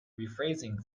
rephrasing